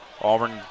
Auburn